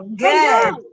good